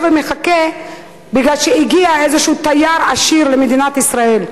ומחכה מפני שהגיע איזה תייר עשיר למדינת ישראל,